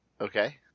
Okay